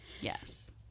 Yes